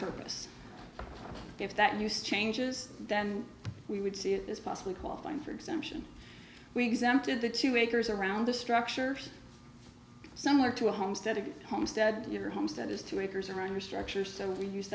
purpose if that use changes then we would see it as possibly qualifying for exemption we exempted the two acres around the structure similar to a homestead of homestead your homestead has two acres around your structure so we use